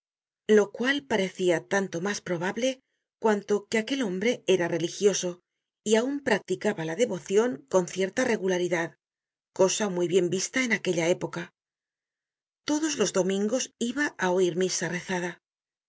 lo cual parecia tanto mas probable cuanto que aquel hombre era religioso y aun practicaba la devocion con cierta regularidad cosa muy bien vista en aquella época todos los domingos iba á oir misa rezada